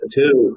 two